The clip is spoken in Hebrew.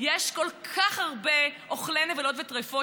היום יש כל כך הרבה אוכלי נבלות וטרפות,